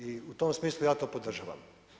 I u tom smislu ja to podržavam.